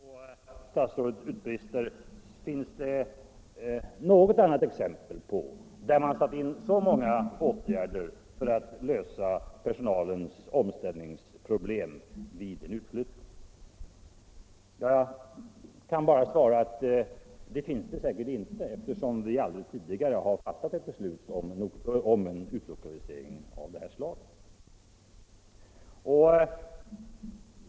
Och statsrådet utbrister: ”Finns det något annat exempel på att så många åtgärder har vidtagits för att lösa personalens omställningsproblem vid en utflyttning!” Jag kan bara svara att det finns säkert inte, eftersom vi aldrig tidigare har fattat ett beslut om en utlokalisering av detta slag.